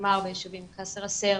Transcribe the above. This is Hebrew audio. כלומר ביישובים כאסר אסייר,